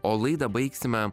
o laidą baigsime